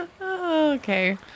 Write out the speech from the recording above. Okay